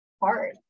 hard